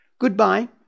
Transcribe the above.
Goodbye